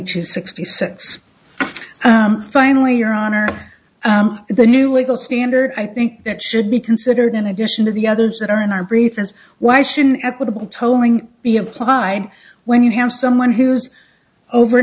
to sixty cents finally your honor the new legal standard i think that should be considered in addition to the others that are in our briefers why should an equitable towing be applied when you have someone who's over